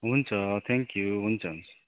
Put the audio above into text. हुन्छ थ्याङ्क्यु हुन्छ हुन्छ